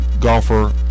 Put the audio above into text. golfer